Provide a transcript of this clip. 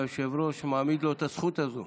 והיושב-ראש מעמיד לו את הזכות הזו